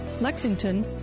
Lexington